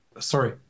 sorry